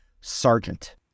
Sergeant